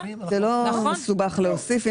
זה לא מסובך להוסיף.